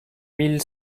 mille